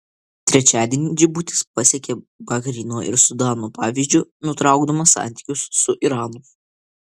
trečiadienį džibutis pasekė bahreino ir sudano pavyzdžiu nutraukdamas santykius su iranu